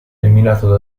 eliminato